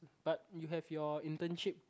but you have your internship